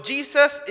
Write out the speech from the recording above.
Jesus